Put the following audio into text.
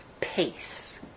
pace